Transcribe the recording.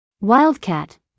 Wildcat